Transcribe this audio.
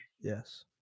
Yes